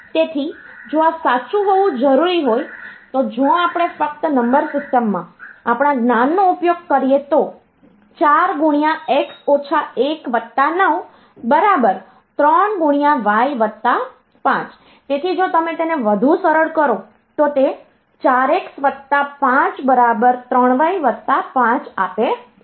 તેથી જો આ સાચું હોવું જરૂરી હોય તો જો આપણે ફક્ત નંબર સિસ્ટમમાં આપણા જ્ઞાનનો ઉપયોગ કરીએ તો 4 9 3y5 તેથી જો તમે તેને વધુ સરળ કરો તો તે 4 x વત્તા 5 બરાબર 3 y વત્તા 5 આપે છે